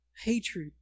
Hatred